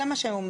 זה מה שאומרים.